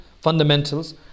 fundamentals